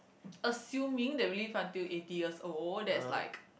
assuming that we live until eighty years old that's like